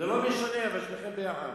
זה לא משנה, אבל שניכם ביחד.